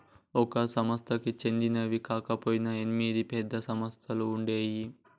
ఒక సంస్థకి చెందినవి కాకపొయినా ఎనిమిది పెద్ద సంస్థలుగా ఉండేయ్యి